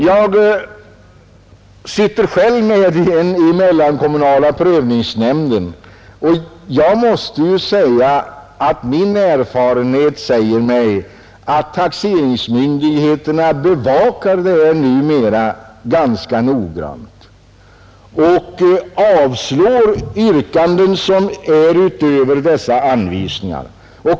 Jag sitter själv med i mellankommunala prövningsnämnden, och min erfarenhet säger mig att taxeringsmyndigheterna numera bevakar det här ganska noggrant och avslår yrkanden som går utöver anvisningarna.